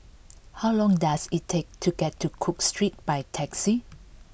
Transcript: how long does it take to get to Cook Street by taxi